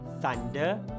Thunder